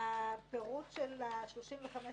הישיבה ננעלה בשעה